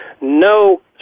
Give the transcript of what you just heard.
no